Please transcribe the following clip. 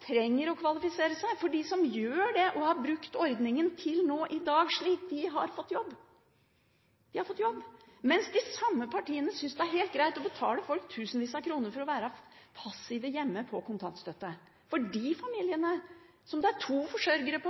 trenger å kvalifisere seg. For de som gjør det og har brukt ordningen fram til i dag, de har fått jobb. De samme partiene syns det er helt greit å betale folk tusenvis av kroner for å være passive hjemme på kontantstøtte. De familiene, som har to forsørgere,